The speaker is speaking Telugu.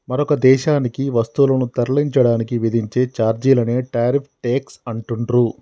మరొక దేశానికి వస్తువులను తరలించడానికి విధించే ఛార్జీలనే టారిఫ్ ట్యేక్స్ అంటుండ్రు